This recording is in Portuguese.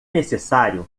necessário